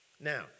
Now